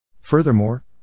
Furthermore